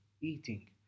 eating